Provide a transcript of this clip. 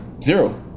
zero